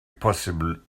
possible